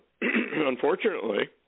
unfortunately